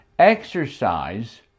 exercise